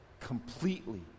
completely